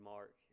Mark